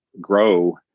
grow